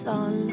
on